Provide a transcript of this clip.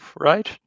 right